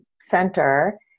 center